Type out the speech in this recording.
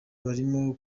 barimo